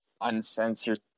Uncensored